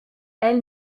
elle